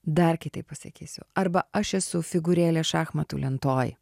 dar kitaip pasakysiu arba aš esu figūrėlė šachmatų lentoj